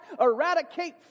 eradicate